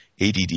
ADD